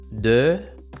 de